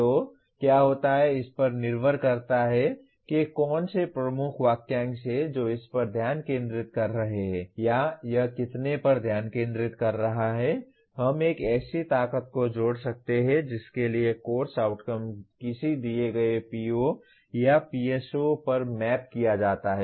तो क्या होता है इस पर निर्भर करता है कि कौन से प्रमुख वाक्यांश हैं जो इस पर ध्यान केंद्रित कर रहे हैं या यह कितने पर ध्यान केंद्रित कर रहा है हम एक ऐसी ताकत को जोड़ सकते हैं जिसके लिए कोर्स आउटकम किसी दिए गए PO या PSO पर मैप किया जाता है